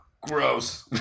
Gross